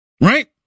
Right